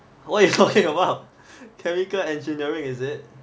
what you talking about chemical engineering is it